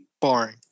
Boring